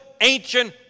ancient